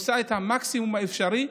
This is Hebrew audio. עושה את המקסימום האפשרי,